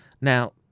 now